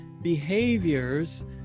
Behaviors